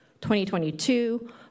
2022